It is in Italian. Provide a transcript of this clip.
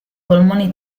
polmoni